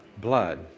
blood